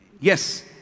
Yes